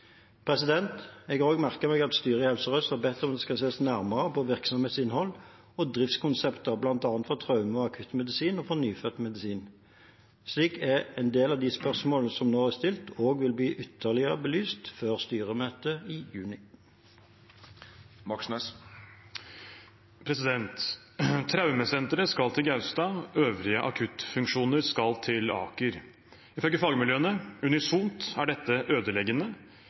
Jeg har også merket meg at styret i Helse Sør-Øst har bedt om at det skal ses nærmere på virksomhetsinnhold og driftskonsepter, bl.a. for traume- og akuttmedisin og for nyfødtmedisin. Så en del av de spørsmålene som nå er stilt, vil også bli ytterligere belyst før styremøtet i juni. Traumesenteret skal til Gaustad, øvrige akuttfunksjoner skal til Aker. Ifølge fagmiljøene – unisont – er dette ødeleggende,